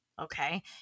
Okay